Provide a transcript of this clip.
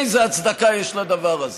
איזו הצדקה יש לדבר הזה?